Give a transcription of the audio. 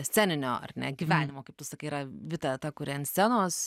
sceninio ar ne gyvenimo kaip tu sakai yra vita ta kuri ant scenos